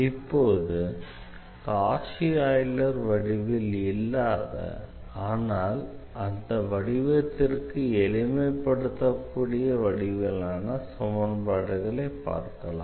இப்போது Cauchy Euler வடிவில் இல்லாத ஆனால் அந்த வடிவத்திற்கு எளிமைப் படுத்தக்கூடிய வடிவிலான சமன்பாடுகளை பார்க்கலாம்